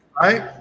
Right